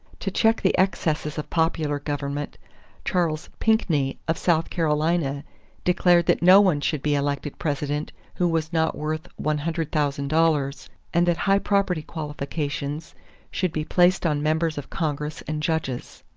to check the excesses of popular government charles pinckney of south carolina declared that no one should be elected president who was not worth one hundred thousand dollars and that high property qualifications should be placed on members of congress and judges.